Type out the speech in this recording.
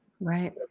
Right